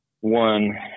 one